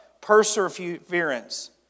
perseverance